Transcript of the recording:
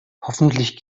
hoffentlich